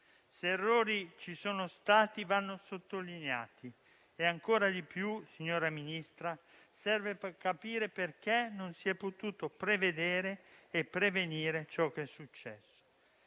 Se errori ci sono stati, vanno sottolineati e ancora di più, signora Ministra, serve per capire perché non si è potuto prevedere e prevenire ciò che è successo.